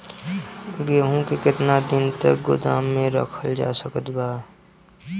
गेहूँ के केतना दिन तक गोदाम मे रखल जा सकत बा?